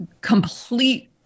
complete